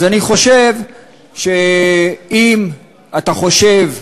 אז אני חושב שאם אתה חושב,